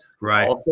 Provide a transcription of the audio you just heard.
Right